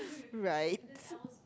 right